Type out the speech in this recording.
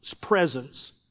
presence